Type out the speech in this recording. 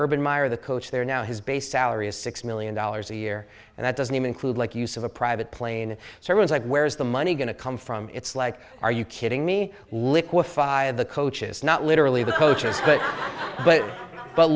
urban meyer the coach there now his base salary is six million dollars a year and that doesn't include like use of a private plane so it was like where's the money going to come from it's like are you kidding me liquefy of the coaches not literally the coaches but but but